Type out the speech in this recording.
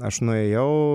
aš nuėjau